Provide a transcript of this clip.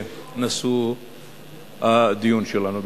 מושא הדיון שלנו.